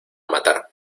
matar